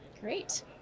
Great